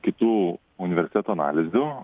kitų universitetų analizių